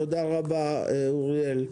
תודה רבה, אוריאל.